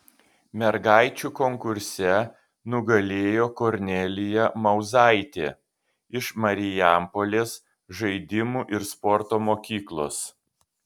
mergaičių konkurse nugalėjo kornelija mauzaitė iš marijampolės žaidimų ir sporto mokyklos